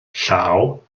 llaw